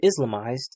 Islamized